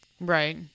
right